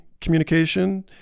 communication